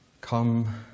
come